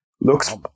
looks